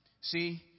See